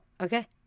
Okay